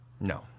No